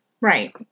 right